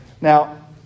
Now